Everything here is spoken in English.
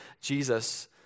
Jesus